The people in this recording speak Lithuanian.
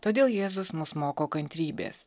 todėl jėzus mus moko kantrybės